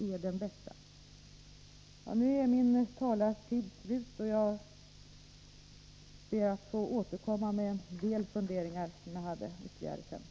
Jag ser att min taletid är slut, och jag ber att få återkomma med några ytterligare kommentarer.